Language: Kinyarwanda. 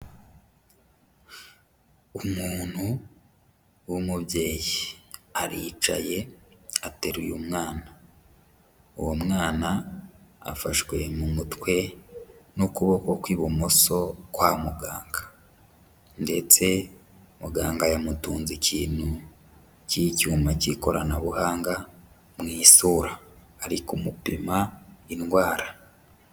Umuntu w'umubyeyi aricaye ateruye umwana, uwo mwana afashwe mu mutwe n'ukuboko kw'ibumoso kwa muganga ndetse muganga yamutunze ikintu cy'icyuma cy'ikoranabuhanga mu isura, ari kumupima indwara.